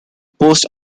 post